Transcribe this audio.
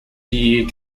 die